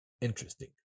interesting